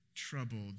troubled